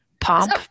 Pomp